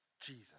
Jesus